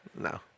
No